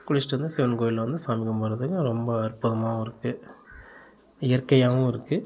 குளித்திட்டு வந்து சிவன் கோயிலில் வந்து சாமி கும்பிட்றதுக்கு ரொம்ப அற்புதமாகவும் இருக்குது இயற்கையாகவும் இருக்குது